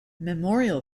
memorial